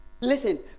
listen